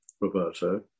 Roberto